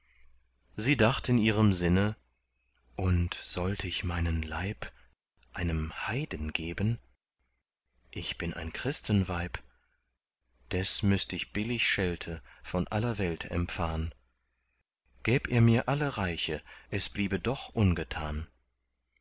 sie dacht in ihrem sinne und sollt ich meinen leib einem heiden geben ich bin ein christenweib des müßt ich billig schelte von aller welt empfahn gäb er mir alle reiche es bliebe doch ungetan